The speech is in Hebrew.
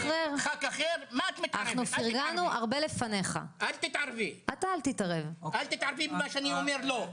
לחבר כנסת אחר, אל תתערבי במה שאני אומר לו.